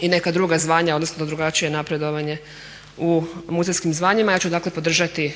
i neka druga zvanja, odnosno drugačije napredovanje u muzejskim zvanjima. Ja ću dakle podržati